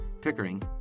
pickering